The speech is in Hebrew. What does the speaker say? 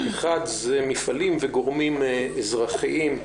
אחד זה מפעלים וגורמים אזרחיים,